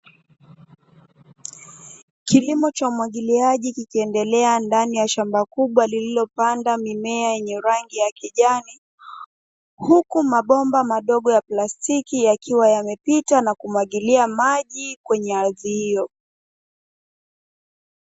Kilimo cha umwagiliaji kikiendelea ndani ya shamba kubwa, lililopandwa mimea yenye rangi ya kijani, huku mabomba madogo ya plastiki yakiwa yamepita na kumwagilia maji kwenye ardhi hiyo.